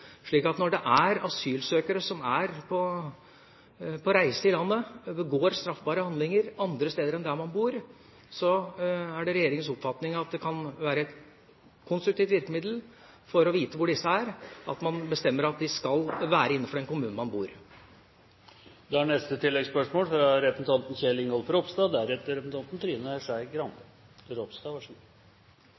Når asylsøkere som er på reise i landet, begår straffbare handlinger andre steder enn der de bor, er det regjeringens oppfatning at det kan være et konstruktivt virkemiddel for å vite hvor disse er, at man bestemmer at de skal være innenfor den kommunen de bor. Kjell Ingolf Ropstad – til oppfølgingsspørsmål. Dette begynner å bli en ganske interessant runde. Jeg registrerer at statsråden sier slik det «er blitt framstilt i media», men da jeg så